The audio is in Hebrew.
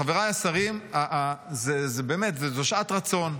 חבריי השרים, זו שעת רצון.